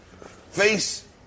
Face